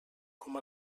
com